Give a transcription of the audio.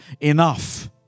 Enough